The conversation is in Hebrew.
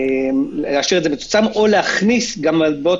לאשר את זה מצומצם או להכניס גם מטבעות